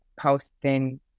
posting